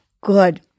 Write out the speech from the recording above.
Good